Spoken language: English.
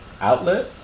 outlet